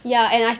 ya and I